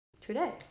today